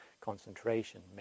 concentration